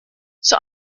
zur